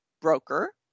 broker